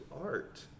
art